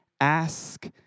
Ask